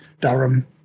Durham